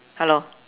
hello